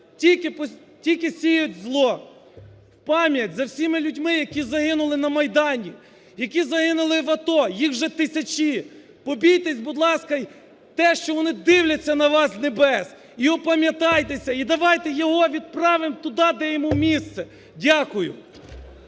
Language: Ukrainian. тільки сіють зло. Пам'ять за всіма людьми, які загинули на Майдані, які загинули в АТО, їх вже тисячі. Побійтесь, будь ласка, те, що вони дивляться на вас з небес, і опам'ятайтеся. І давайте його відправимо туди, де йому місце. Дякую.